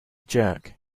jerk